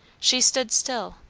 she stood still,